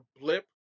blip